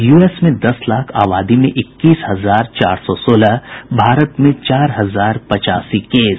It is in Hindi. यूएस में दस लाख आबादी में इक्कीस हजार चार सौ सोलह भारत में चार हजार पचासी केस